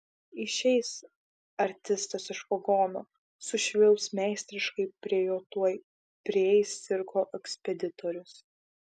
išeis artistas iš vagono sušvilps meistriškai prie jo tuoj prieis cirko ekspeditorius